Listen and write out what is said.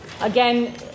again